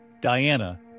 Diana